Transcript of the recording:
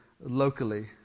locally